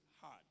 hard